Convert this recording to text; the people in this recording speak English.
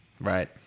Right